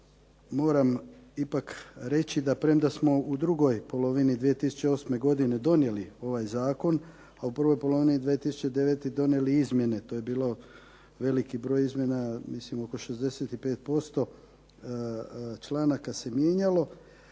moram ipak reći da premda smo u drugoj polovini 2008.godine donijeli ovaj zakon, a u prvoj polovini 2009. donijeli izmjene, to je bio veliki broj izmjena, mislim oko 65% članaka se mijenjalo,